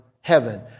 heaven